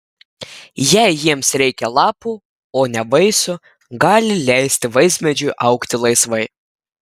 jei jiems reikia lapų o ne vaisių gali leisti vaismedžiui augti laisvai